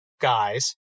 guys